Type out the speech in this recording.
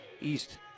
East